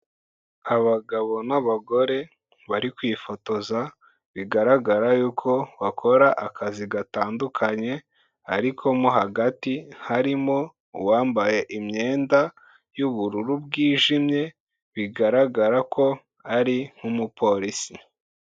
Abagabo n'abagore bari kwifotoza bigaragara yuko bakora akazi gatandukanye ariko mo hagati harimo uwambaye imyenda y'ubururu bwijimye bigaragara ko ari nk'umupolisi.